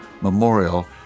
memorial